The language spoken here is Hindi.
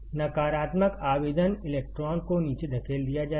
नकारात्मक आवेदन इलेक्ट्रॉन को नीचे धकेल दिया जाएगा